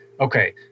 okay